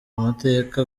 amateka